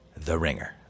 THERINGER